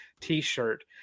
t-shirt